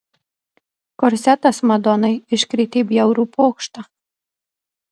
korsetas madonai iškrėtė bjaurų pokštą